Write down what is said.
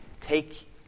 take